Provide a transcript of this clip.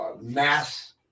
mass